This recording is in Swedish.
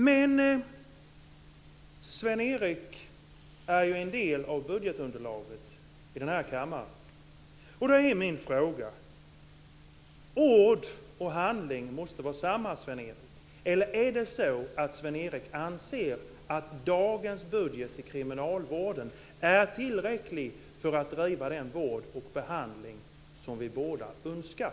Men Sven Erik är ju en del av budgetunderlaget i denna kammare. Ord och handling måste hänga ihop, Sven-Erik. Eller är det så att Sven-Erik anser att dagens budget till kriminalvården är tillräcklig för att man ska kunna driva den vård och behandling som vi båda önskar?